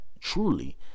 truly